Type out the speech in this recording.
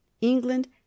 England